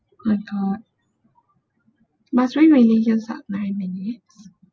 I thought must we really use up nine minutes